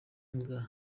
mbwa